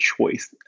choice